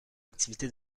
activité